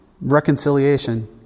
reconciliation